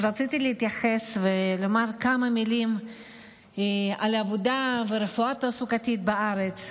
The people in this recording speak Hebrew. רציתי להתייחס ולומר כמה מילים על עבודה ורפואה תעסוקתית בארץ.